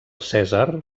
cèsar